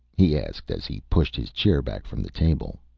he asked, as he pushed his chair back from the table.